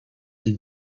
die